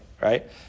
right